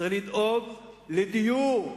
צריך לדאוג לדיור,